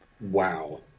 Wow